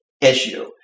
issue